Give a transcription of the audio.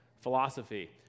Philosophy